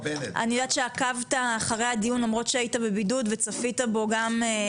אני יודעת שעקבת אחרי הדיון למרות שהיית בבידוד וצפית בו גם.